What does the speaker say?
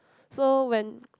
so when